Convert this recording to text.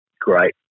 great